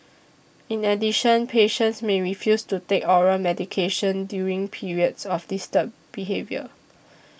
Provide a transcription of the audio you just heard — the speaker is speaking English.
in addition patients may refuse to take oral medications during periods of disturbed behaviour